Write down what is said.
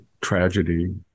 tragedy